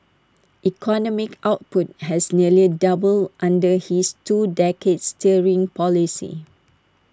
economic output has nearly doubled under his two decades steering policy